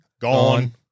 Gone